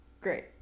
Great